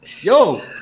Yo